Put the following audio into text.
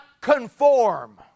conform